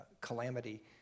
calamity